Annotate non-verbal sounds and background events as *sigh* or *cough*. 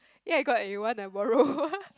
ya I got eh you want I borrow *laughs*